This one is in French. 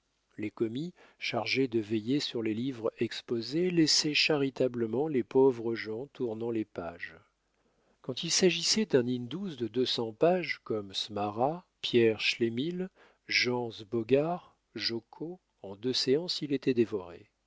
les commis chargés de veiller sur les livres exposés laissaient charitablement les pauvres gens tournant les pages quand il sagissait un de deux cents pages comme smarra pierre schlémilh jean sbogar jocko en deux séances il était dévoré